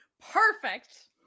Perfect